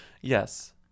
Yes